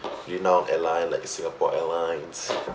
renowned airline like singapore airlines